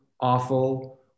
awful